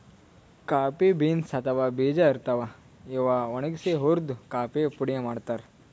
coffee beans ಅಥವಾ ಬೀಜಾ ಇರ್ತಾವ್, ಇವ್ ಒಣಗ್ಸಿ ಹುರ್ದು ಕಾಫಿ ಪುಡಿ ಮಾಡ್ತಾರ್